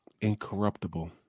incorruptible